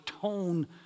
tone